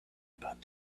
about